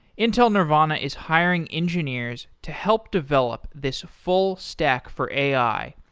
intel nervana is hiring engineers to help develop this full stack for ai,